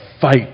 fight